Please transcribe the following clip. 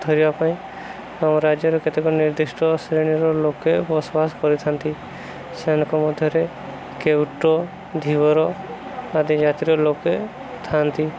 ଧରିବା ପାଇଁ ଆମ ରାଜ୍ୟରେ କେତେକ ନିର୍ଦ୍ଧିଷ୍ଟ ଶ୍ରେଣୀର ଲୋକେ ବସବାସ କରିଥାନ୍ତି ସେମାନଙ୍କ ମଧ୍ୟରେ କେଉଟ ଧୀବର ଆଦି ଜାତିର ଲୋକେ ଥାଆନ୍ତି